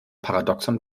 paradoxon